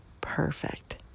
perfect